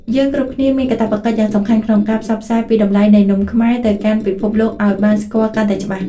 យើងគ្រប់គ្នាមានកាតព្វកិច្ចយ៉ាងសំខាន់ក្នុងការផ្សព្វផ្សាយពីតម្លៃនៃនំខ្មែរទៅកាន់ពិភពលោកឱ្យបានស្គាល់កាន់តែច្បាស់។